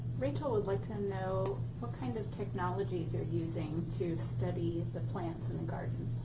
rachel would like to know what kind of technologies you're using to study the plants in the gardens. oh,